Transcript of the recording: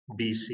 BC